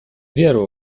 веру